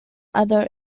other